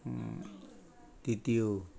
तित्यू